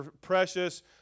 precious